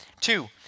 Two